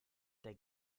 der